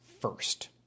first